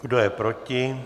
Kdo je proti?